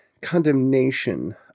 condemnation